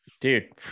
dude